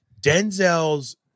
Denzel's